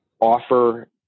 offer